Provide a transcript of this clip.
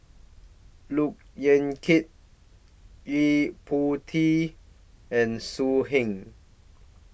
Look Yan Kit Yo Po Tee and So Heng